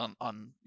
on